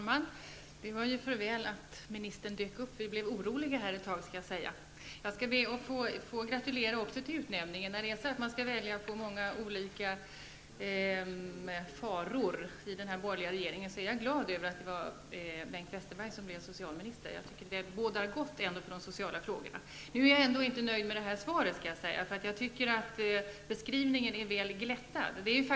Herr talman! Även jag skall be att få gratulera till utnämningen. När det i den borgerliga regeringen blir fråga om ett val mellan många olika faror är jag glad över att Bengt Westerberg blev socialminister. Det bådar gott för de sociala frågorna. Jag är emellertid ändå inte nöjd med svaret. Beskrivningen i svaret är enligt min mening väl glättad.